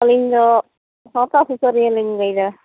ᱟᱹᱞᱤᱧ ᱫᱚ ᱥᱟᱶᱛᱟ ᱥᱩᱥᱟᱹᱨᱤᱭᱚ ᱞᱤᱧ ᱞᱟᱹᱭᱫᱟ